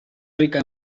rica